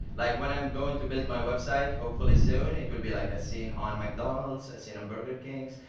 like when i'm going to build my website, hopefully soon, it will be like, as seen on mcdonald's, as seen on burger kings,